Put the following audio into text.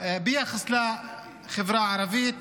ביחס לחברה הערבית,